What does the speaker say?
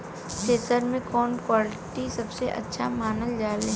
Thresher के कवन quality सबसे अच्छा मानल जाले?